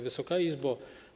Wysoka Izbo!